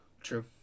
True